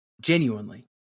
Genuinely